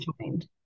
joined